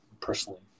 personally